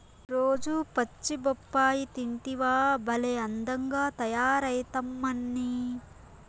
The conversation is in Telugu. రోజూ పచ్చి బొప్పాయి తింటివా భలే అందంగా తయారైతమ్మన్నీ